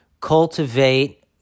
cultivate